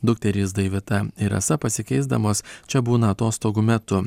dukterys daivita ir rasa pasikeisdamos čia būna atostogų metu